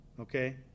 Okay